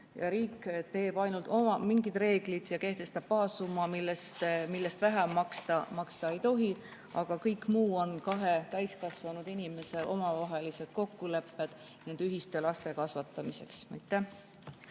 Riik teeb ainult mingid oma reeglid ja kehtestab baassumma, millest vähem maksta ei tohi, aga kõik muu on kahe täiskasvanud inimese omavahelised kokkulepped nende ühiste laste kasvatamiseks.